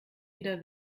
wieder